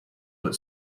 but